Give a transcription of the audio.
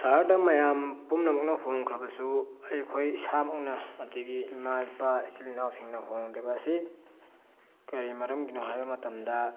ꯁꯍꯔꯗ ꯃꯌꯥꯝ ꯄꯨꯝꯅꯃꯛꯅ ꯍꯣꯡꯈ꯭ꯔꯕꯁꯨ ꯑꯩꯈꯣꯏ ꯏꯁꯥꯃꯛꯅ ꯑꯗꯒꯤ ꯏꯝꯥ ꯏꯄꯥ ꯏꯆꯤꯜ ꯏꯅꯥꯎꯁꯤꯡꯅ ꯍꯣꯡꯗꯕ ꯑꯁꯤ ꯀꯔꯤ ꯃꯔꯝꯒꯤꯅꯣ ꯍꯥꯏꯕ ꯃꯇꯝꯗ